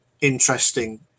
interesting